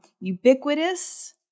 ubiquitous